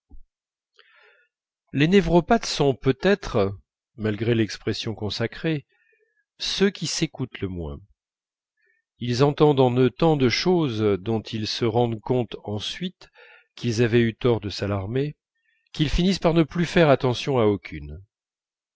les névropathes sont peut-être malgré l'expression consacrée ceux qui s'écoutent le moins ils entendent en eux tant de choses dont ils se rendent compte ensuite qu'ils avaient eu tort de s'alarmer qu'ils finissent par ne plus faire attention à aucune